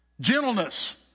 Gentleness